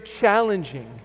challenging